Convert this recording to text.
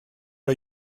are